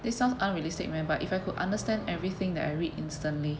this sounds unrealistic man but if I could understand everything that I read instantly